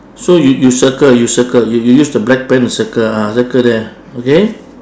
so you you circle you circle you use the black pen to circle ah circle there okay